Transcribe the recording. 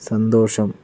സന്തോഷം